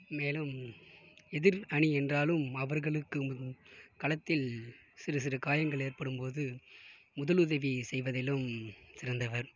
மேலும் எதிர் அணி என்றாலும் அவர்களுக்கு களத்தில் சிறு சிறு காயங்கள் ஏற்படும்போது முதலுதவி செய்வதிலும் சிறந்தவர்